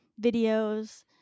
videos